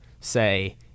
say